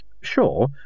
Sure